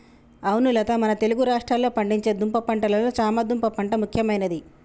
అవును లత మన తెలుగు రాష్ట్రాల్లో పండించే దుంప పంటలలో చామ దుంప పంట ముఖ్యమైనది